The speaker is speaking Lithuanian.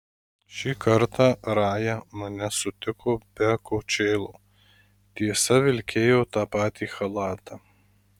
šį kartą raja mane sutiko be kočėlo tiesa vilkėjo tą patį chalatą